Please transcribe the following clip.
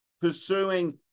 pursuing